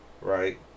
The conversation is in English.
Right